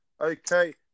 Okay